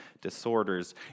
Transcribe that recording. disorders